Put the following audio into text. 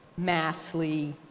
massly